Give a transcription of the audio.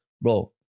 bro